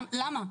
למה?